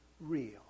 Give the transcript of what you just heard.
real